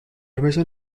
formation